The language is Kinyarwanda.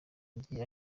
yagiye